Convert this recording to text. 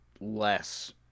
less